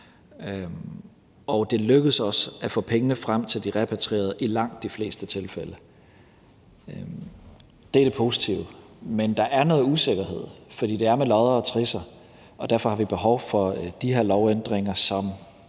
og det lykkedes os at få pengene frem til de repatrierede i langt de fleste tilfælde. Det er det positive. Men der er noget usikkerhed, fordi det er med lodder og trisser, og derfor har vi behov for de her lovændringer som